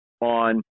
on